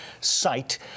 site